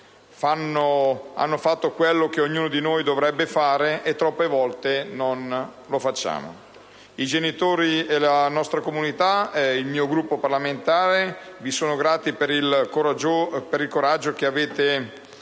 Hanno fatto quello che ognuno di noi dovrebbe fare e troppe volte non viene fatto. I genitori, la nostra comunità e il mio Gruppo parlamentare vi sono grati per il coraggio che avete